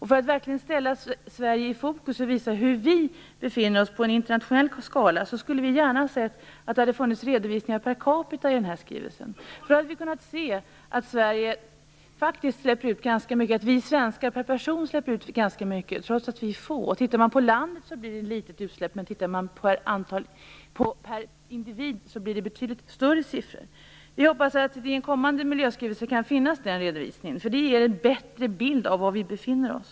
För att verkligen sätta Sverige i fokus och visa var vi på en internationell skala befinner oss hade vi gärna sett att det i skrivelsen fanns redovisningar av hur det är per capita. Då hade vi kunnat se att vi svenskar per person faktiskt släpper ut ganska mycket, trots att vi är få. Sett till landet är det totala utsläppet litet, men sett till hur det är per individ blir det betydligt högre tal. Vi hoppas att det i en kommande miljöskrivelse finns en sådan redovisning. Då får vi en bättre bild av var vi befinner oss.